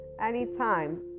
anytime